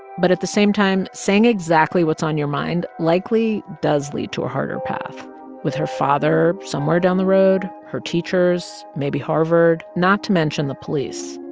but at the same time, saying exactly what's on your mind likely does lead to a harder path with her father somewhere down the road, her teachers, maybe harvard not to mention the police.